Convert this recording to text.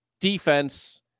Defense